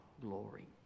glory